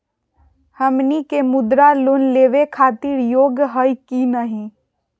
हमनी के मुद्रा लोन लेवे खातीर योग्य हई की नही?